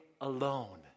alone